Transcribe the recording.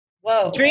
Whoa